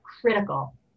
critical